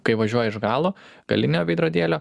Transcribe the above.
kai važiuoji iš galo galinio veidrodėlio